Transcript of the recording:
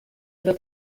über